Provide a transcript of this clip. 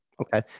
Okay